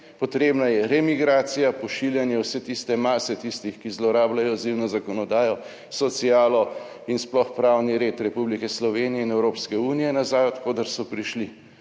potrebna je emigracija, pošiljanje vse tiste mase tistih, ki zlorabljajo azilno zakonodajo, socialo, in sploh pravni red Republike Slovenije in Evropske unije nazaj od koder so prišli.